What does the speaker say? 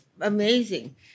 amazing